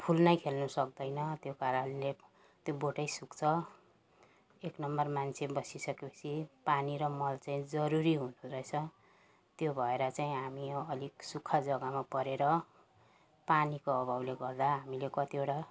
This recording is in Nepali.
फुल नै खेल्नु सक्दैन त्यो कारणले त्यो बोटै सुक्छ एक नम्बर मान्छे बसिसके पछि पानी र मल चाहिँ जरुरी हुँदो रहेछ त्यो भएर चाहिँ हामी यो अलिक सुक्खा जगामा परेर पानीको अभावले गर्दा हामीले कतिवटा